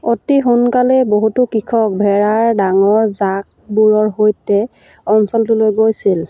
অতি সোনকালেই বহুতো কৃষক ভেড়াৰ ডাঙৰ জাকবোৰৰ সৈতে অঞ্চলটোলৈ গৈছিল